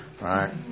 right